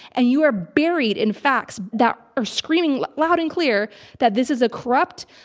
and you are buried in facts that are screaming loud and clear that this is a corrupt,